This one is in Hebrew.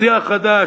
"שיח חדש",